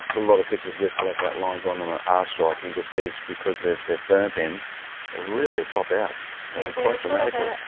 a lot of pictures with black outlines on them are ah striking. but these because they're burnt in, they ah really pop out quite dramatically.